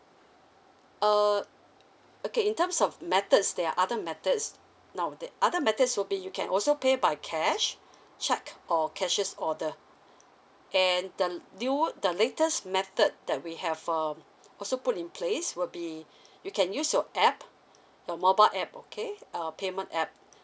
uh okay in terms of methods there are other methods now the other methods will be you can also pay by cash cheque or cashiers order and the new the latest method that we have um also put in place will be you can use your app your mobile app okay uh payment app